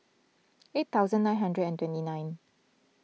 eight thousand nine hundred and twenty nine